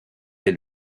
est